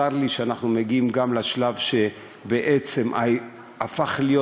צר לי שאנחנו מגיעים גם לשלב שזה הפך להיות,